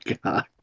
God